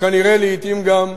כנראה לעתים גם,